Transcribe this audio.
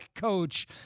coach